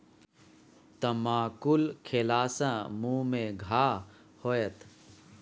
तमाकुल खेला सँ मुँह मे घाह होएत